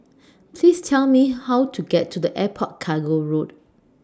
Please Tell Me How to get to Airport Cargo Road